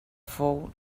fou